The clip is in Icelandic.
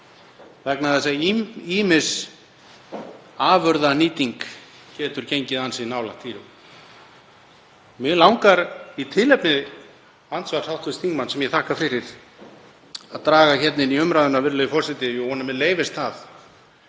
vegna þess að ýmis afurðanýting getur gengið ansi nálægt dýrum. Mig langar í tilefni andsvars hv. þingmanns, sem ég þakka fyrir, að draga hér inn í umræðuna, virðulegur forseti, ég vona að mér leyfist það,